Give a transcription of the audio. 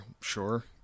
sure